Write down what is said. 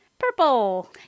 Purple